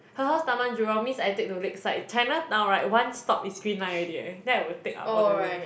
her house Taman-Jurong means I take to Lakeside Chinatown right one stop is green line already eh then I'll take up all the way